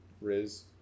Riz